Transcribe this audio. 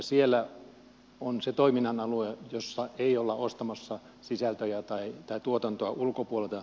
siellä on se toiminnan alue jossa ei olla ostamassa sisältöjä tai tuotantoa ulkopuolelta